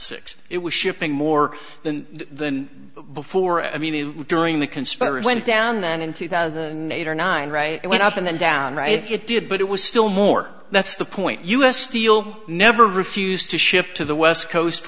six it was shipping more than than before i mean during the conspiring went down then in two thousand and eight or nine right it went up and then down right it did but it was still more that's the point us steel never refused to ship to the west coast